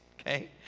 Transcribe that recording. okay